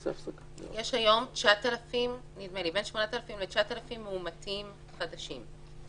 יש היום בין 8,000 ל-9,000 מאומתים חדשים.